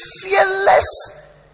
fearless